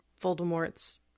voldemort's